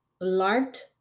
L'Art